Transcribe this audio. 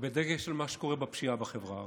ובדגש על מה שקורה בפשיעה בחברה הערבית.